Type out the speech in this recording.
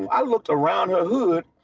i looked around her hood,